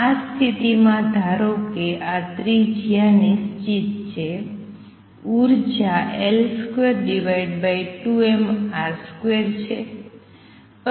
આ સ્થિતિમાં ધારો કે આ ત્રિજ્યા નિશ્ચિત છે ઉર્જા L22mR2 છે